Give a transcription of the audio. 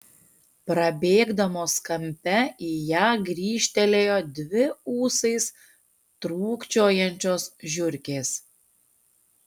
prabėgdamos kampe į ją grįžtelėjo dvi ūsais trūkčiojančios žiurkės